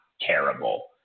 terrible